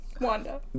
Wanda